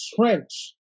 trench